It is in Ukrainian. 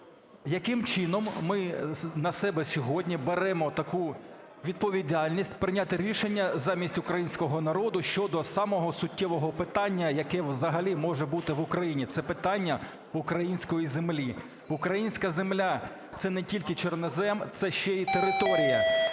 яким чином ми на себе сьогодні беремо таку відповідальність - прийняти рішення замість українського народу щодо самого суттєвого питання, яке взагалі може бути в Україні, - це питання української землі. Українська земля - це не тільки чорнозем, це ще і територія.